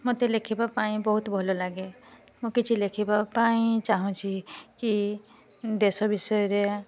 ମୋତେ ଲେଖିବା ପାଇଁ ବହୁତ ଭଲ ଲାଗେ ମୁଁ କିଛି ଲେଖିବା ପାଇଁ ଚାହୁଁଛି କି ଦେଶ ବିଷୟରେ